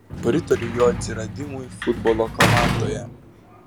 pritariu jo atsiradimui futbolo komandoje